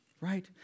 right